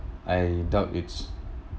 I doubt it's